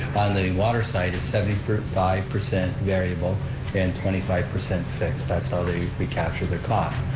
on the water side, it's seventy five percent variable and twenty five percent fixed, that's how they recapture the cost.